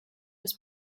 des